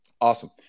Awesome